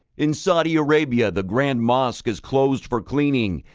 in saudi arabia, the grand mosque is closed for cleaning,